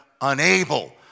unable